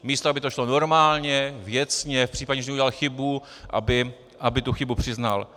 Místo aby to šlo normálně, věcně, v případě, že udělal chybu, aby tu chybu přiznal.